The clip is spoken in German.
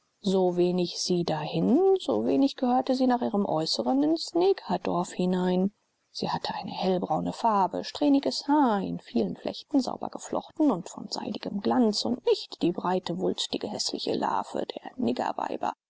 so wenig sie dahin so wenig gehörte sie nach ihrem äußeren ins negerdorf hinein sie hatte eine hellbraune farbe strähniges haar in viele flechten sauber geflochten und von seidigem glanz und nicht die breite wulstig häßliche larve der